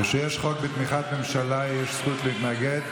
כשיש חוק בתמיכת ממשלה, יש זכות להתנגד.